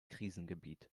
krisengebiet